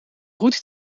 goed